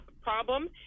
problem